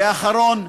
ואחרון,